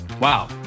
wow